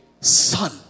son